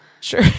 Sure